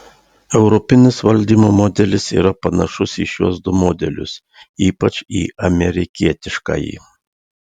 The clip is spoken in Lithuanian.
europinis valdymo modelis yra panašus į šiuos du modelius ypač į amerikietiškąjį